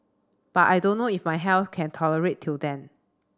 but I don't know if my health can tolerate till then